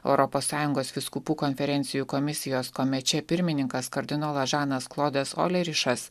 europos sąjungos vyskupų konferencijų komisijos komeče pirmininkas kardinolas žanas klodas olerišas